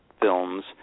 films